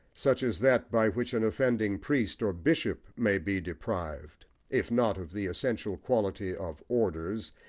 such as that by which an offending priest or bishop may be deprived, if not of the essential quality of orders,